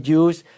use